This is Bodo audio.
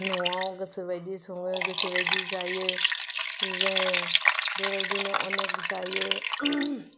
न'आव गोसो बायदि सङो गोसो बायदि जायो जोङो बेबायदिनो अनेक जायो